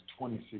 2016